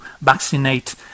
vaccinate